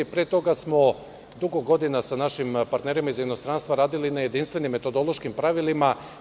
Pre toga smo dugo godina sa našim partnerima iz inostranstva radili na jedinstvenim metodološkim pravilima.